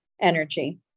energy